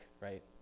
right